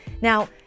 Now